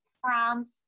France